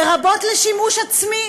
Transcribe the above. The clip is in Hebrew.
לרבות לשימוש עצמי.